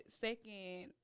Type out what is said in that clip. second